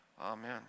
amen